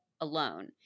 alone